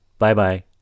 Bye-bye